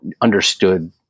understood